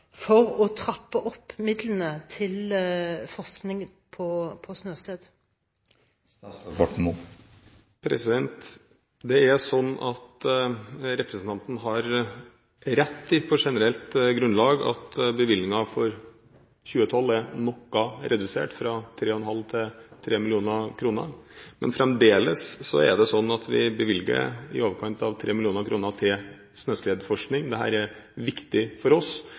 for å trappe opp midlene til forskning på snøskred. Representanten har rett i på generelt grunnlag at bevilgningen for 2012 er noe redusert, fra 3,5 mill. kr til 3 mill. kr. Men fremdeles bevilger vi i overkant av 3 mill. kr til snøskredforskning. Dette er viktig for oss,